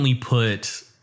put